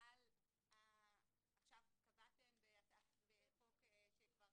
עכשיו קבעתם בחוק שכבר